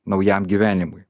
naujam gyvenimui